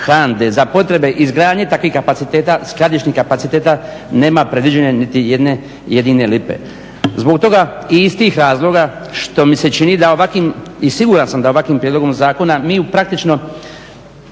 HANDA-e. Za potrebe izgradnje takvih kapaciteta, skladišnih kapaciteta nema predviđene niti jedne jedine lipe. Zbog toga i iz tih razloga što mi se čini da ovakvim i siguran sam da ovakvim prijedlogom zakona mi praktično